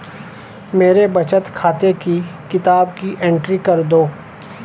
मेरे बचत खाते की किताब की एंट्री कर दो?